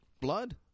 blood